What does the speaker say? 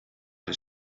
his